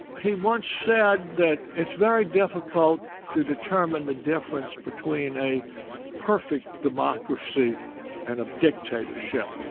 he once said that it's very difficult to determine the difference between a perfect democracy and a dictatorship,